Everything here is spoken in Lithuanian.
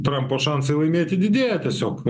trampo šansai laimėti didėja tiesiog